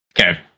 Okay